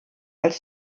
als